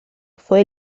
fue